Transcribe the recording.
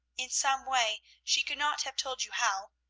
in some way, she could not have told you how,